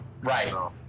right